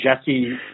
Jesse